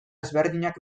ezberdinak